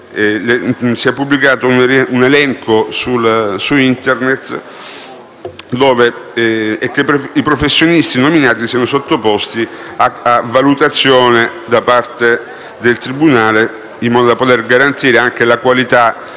sia pubblicato un elenco su Internet e che i professionisti nominati siano sottoposti a valutazione da parte del tribunale in modo da poter garantire anche la qualità